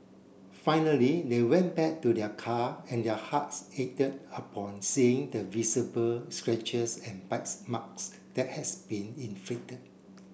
finally they went back to their car and their hearts ached upon seeing the visible scratches and bites marks that has been inflicted